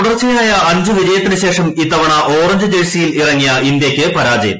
തുടർച്ചയായ അഞ്ച് വിജയത്തിനു ശേഷം ഇത്തവണ ഓറഞ്ച് ജേഴ്സിയിൽ ഇറങ്ങിയ ഇന്ത്യയ്ക്ക് പരാജയം